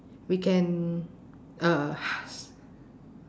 we can uh s~